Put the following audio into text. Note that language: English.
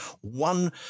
one